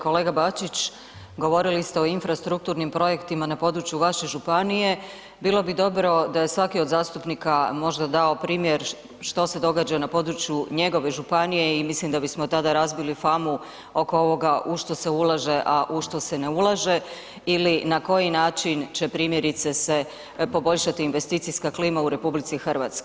Kolega Bačić, govorili ste o infrastrukturnim projektima na području vaše županije, bilo bi dobro da je svaki od zastupnika možda dao primjer što se događa na području njegove županije i mislim da bismo tada razbili famu oko ovoga u što se ulaže, a u što se ne ulaže ili na koji način će primjerice se poboljšati investicijska klima u RH.